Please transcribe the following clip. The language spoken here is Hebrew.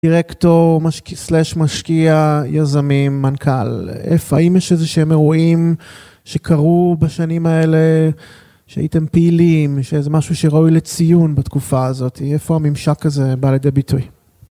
דירקטור/ משקיע, יזמים, מנכ״ל. איפה, האם יש איזה שהם אירועים שקרו בשנים האלה, שהייתם פעילים, שזה משהו שראוי לציון בתקופה הזאת? איפה הממשק הזה בא לידי ביטוי?